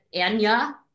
Anya